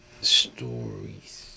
Stories